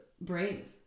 brave